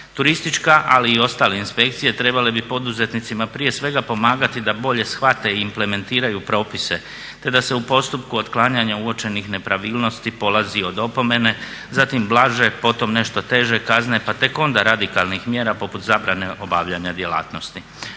Turistička, ali i ostale inspekcije, trebale bi poduzetnicima prije svega pomagati da bolje shvate i implementiraju propise te da se u postupku otklanjanja uočenih nepravilnosti polazi od opomene, zatim blaže, potom nešto teže kazne pa tek onda radikalnih mjera poput zabrane obavljanja djelatnosti.